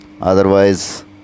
otherwise